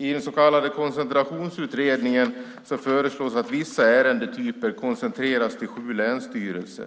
I den så kallade Koncentrationsutredningen föreslås att vissa ärendetyper koncentreras till sju länsstyrelser.